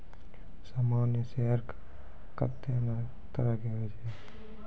सामान्य शेयर कत्ते ने तरह के हुवै छै